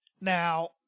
Now